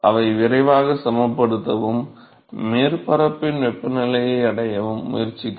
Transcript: அவை விரைவாக சமப்படுத்தவும் மேற்பரப்பின் வெப்பநிலையை அடையவும் முயற்சிக்கும்